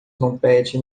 trompete